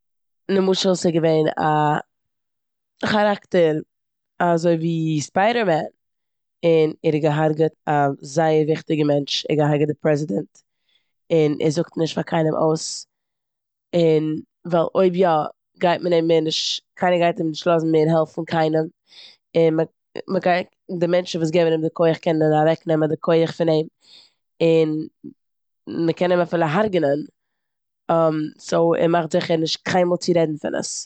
למשל ס'געווען א כאראקטער אזויווי ספיידער מען און ער האט גע'הרגעט א זייער וויכטיגע מענטש, ער האט גע'הרגעט די פרעזידענט, און ער זאגט נישט פאר קיינעם אויס און ווייל אויב יא גייט מען אים מער נישט קיינער גייט אים נישט לאזן מער העלפן קיינעם און מ- מ'גייט די מענטשן וואס גיבן אים די כח קענען אוועקנעמען די כח פון אים, און מקען אים אפילו הרגענען סאו ער מאכט זיכער קיינמאל נישט צו רעדן פון דעם.